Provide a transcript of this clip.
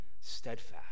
steadfast